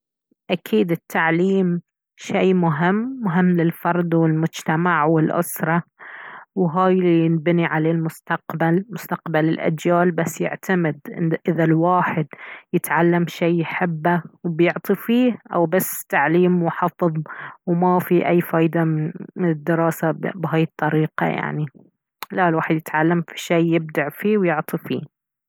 اكيد التعليم شي مهم شي مهم للفرد والمجتمع والأسرة وهاي الي ينبني عليه المستقبل مستقبل الأجيال بس يعتمد إذا الواحد يتعلم شي يحبه بيعطي فيه او بس تعليم وحفظ ومافي اي فايدة من الدراسة بهاي الطريقة يعني لا الواحد يتعلم شي يبدع فيه ويعطي فيه